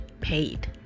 paid